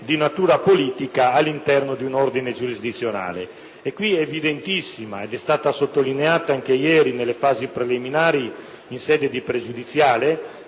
di natura politica all'interno di un ordine giurisdizionale. Qui è evidentissima - ed è stata sottolineata anche ieri nelle fasi preliminari e in sede di questione